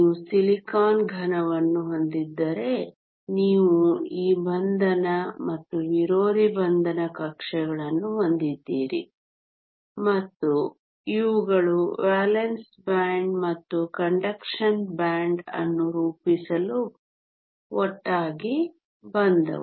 ನೀವು ಸಿಲಿಕಾನ್ ಘನವನ್ನು ಹೊಂದಿದ್ದರೆ ನೀವು ಈ ಬಂಧನ ಮತ್ತು ವಿರೋಧಿ ಬಂಧನ ಕಕ್ಷೆಗಳನ್ನು ಹೊಂದಿದ್ದೀರಿ ಮತ್ತು ಇವುಗಳು ವೇಲೆನ್ಸ್ ಬ್ಯಾಂಡ್ ಮತ್ತು ಕಂಡಕ್ಷನ್ ಬ್ಯಾಂಡ್ ಅನ್ನು ರೂಪಿಸಲು ಒಟ್ಟಾಗಿ ಬಂದವು